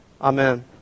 Amen